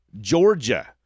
Georgia